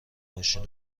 ماشین